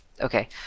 Okay